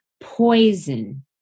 poison